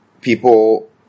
people